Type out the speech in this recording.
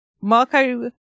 marco